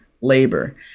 labor